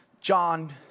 John